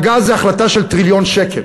הגז זה החלטה של טריליון שקל.